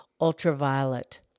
ultraviolet